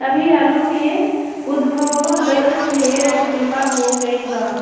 अभी आलू के उद्भव दर ढेर धीमा हो गईल बा